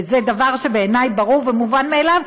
זה דבר שבעיניי ברור ומובן מאליו,